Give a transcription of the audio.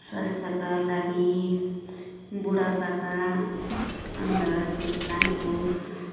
स्वास्थ्यका लागि बुढापाका अन्त ती प्लान्टको